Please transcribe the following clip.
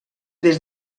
des